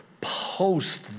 post